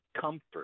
comfort